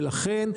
ולכן,